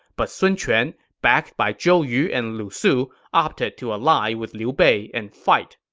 but sun quan, backed by zhou yu and lu su, opted to ally with liu bei and fight.